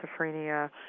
schizophrenia